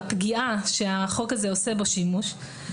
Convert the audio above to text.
הפגיעה שהחוק הזה עושה בו שימוש,